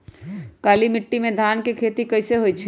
काली माटी में धान के खेती कईसे होइ छइ?